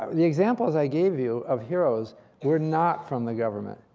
um the examples i gave you of heroes were not from the government.